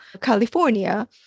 California